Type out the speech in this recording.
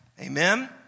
Amen